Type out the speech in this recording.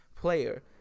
player